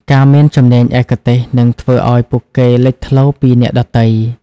ការមានជំនាញឯកទេសនឹងធ្វើឱ្យពួកគេលេចធ្លោពីអ្នកដទៃ។